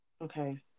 okay